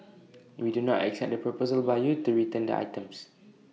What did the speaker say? we do not accept the proposal by you to return the items